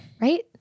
Right